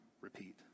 repeat